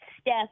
Steph